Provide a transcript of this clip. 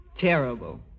Terrible